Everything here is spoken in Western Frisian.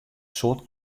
soad